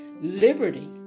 Liberty